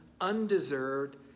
undeserved